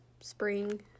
spring